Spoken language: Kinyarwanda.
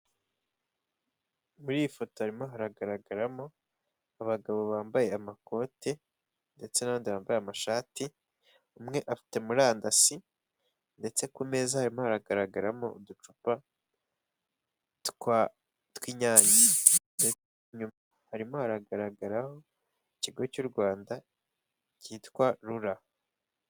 Muri iyi foto harimo haragaragaramo abagabo bambaye amakoti ndetse n'abandi bambaye amashati, umwe afite murandasi, ndetse ku meza harimo hagaragaramo uducupa tw'inyange, inyuma harimo haragaragaraho ikigo cy'u Rwanda cyitwa rura.